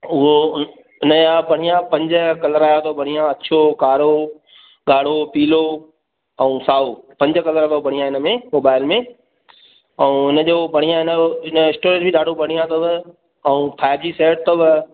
उहो हुन या बढ़िया पंज कलर आया तव बढ़िया अछो कारो ॻाढ़ो पीलो अऊं साओ पंज कलर तव इन में मोबाइल में अऊं इन जो बढ़िया इन यो स्टोरेज बि ॾाढो बढ़िया तव अऊं फाइव जी सेट तव